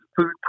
food